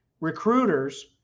Recruiters